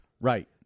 Right